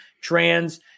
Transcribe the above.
trans